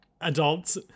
adults